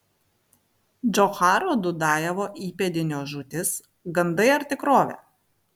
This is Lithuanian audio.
džocharo dudajevo įpėdinio žūtis gandai ar tikrovė